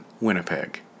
Winnipeg